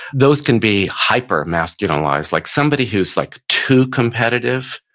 those can be hyper masculinized. like somebody who's like too competitive,